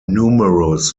numerous